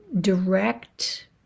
direct